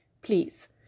Please